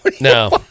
No